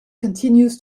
continues